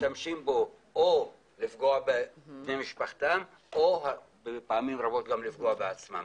ומשתמשים בו או לפגוע בני משפחתם או בפעמים רבות גם לפגוע בעצמם